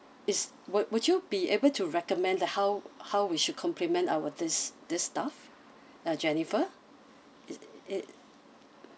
is would would you be able to recommend the how how we should compliment our this this staff uh jennifer